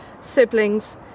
siblings